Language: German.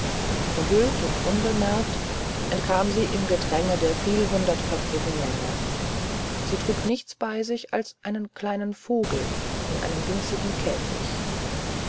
verhüllt und unbemerkt entkam sie im gedränge der vielhundertköpfigen menge sie trug nichts bei sich als einen kleinen vogel in einem winzigen käfig